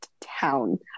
town